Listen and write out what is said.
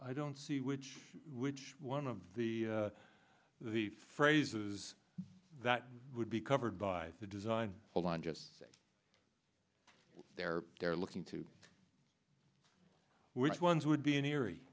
i don't see which which one of the the phrases that would be covered by the design well i'm just saying there they're looking to which ones would be an eerie